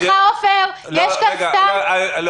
סליחה, יש --- ראשית, אל